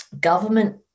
government